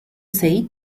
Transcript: say